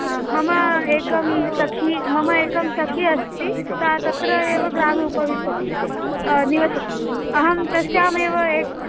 आं मम एका सखी मम एका सखी अस्ति सा तत्र एव ग्रामे उपविशति निवसति अहं तस्यामेव एक्